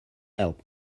help